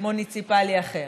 מוניציפלי אחר.